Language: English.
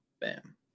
bam